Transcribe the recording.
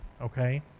okay